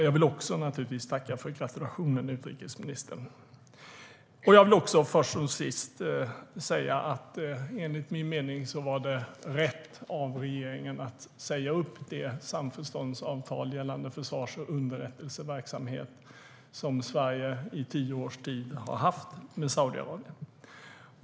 Jag vill naturligtvis också tacka för gratulationen, utrikesministern. Jag vill först som sist säga att det enligt min mening var rätt av regeringen att säga upp det samförståndsavtal gällande försvars och underrättelseverksamhet som Sverige i tio års tid har haft med Saudiarabien.